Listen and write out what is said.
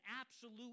absolute